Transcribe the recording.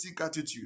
attitude